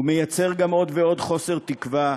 הוא מייצר גם עוד ועוד חוסר תקווה,